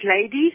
ladies